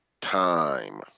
time